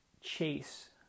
chase